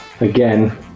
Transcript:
again